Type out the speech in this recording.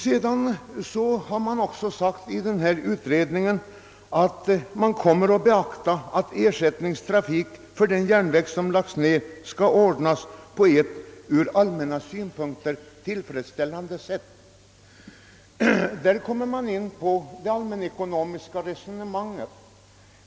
Det har också sagts att kravet, att ersättningstrafik för den järnväg som läggs ned skall ordnas på ett ur all männa synpunkter tillfredsställande sätt, kommer att beaktas. Här kommer man in på allmänekonomiska resonemang.